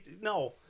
No